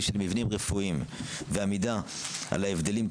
של מבנים רפואיים ועמידה על ההבדלים,